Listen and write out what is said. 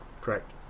correct